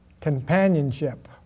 companionship